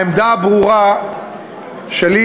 העמדה הברורה שלי,